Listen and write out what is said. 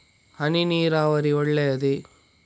ಹನಿ ನೀರಾವರಿ ಒಳ್ಳೆಯದೇ?